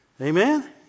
Amen